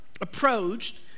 approached